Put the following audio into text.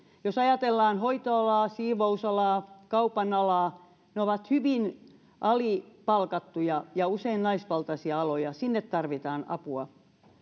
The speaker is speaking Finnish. jos ajatellaan hoitoalaa siivousalaa kaupan alaa ne ovat hyvin alipalkattuja ja usein naisvaltaisia aloja sinne tarvitaan apua